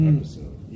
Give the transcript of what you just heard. episode